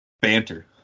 Banter